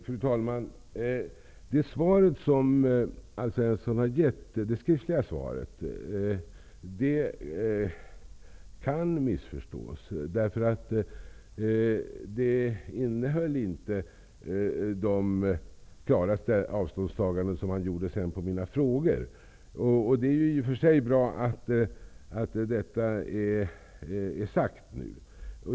Fru talman! Det skriftliga svar som Alf Svensson har givit kan missförstås. Det innehöll inte de klara avståndstaganden som han sedan gjorde som svar på mina frågor. Det är i och för sig bra att detta nu är sagt.